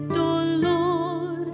dolor